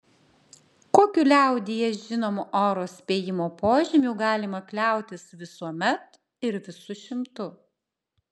kokiu liaudyje žinomu oro spėjimo požymiu galima kliautis visuomet ir visu šimtu